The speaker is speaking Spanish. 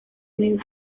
union